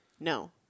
No